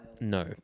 No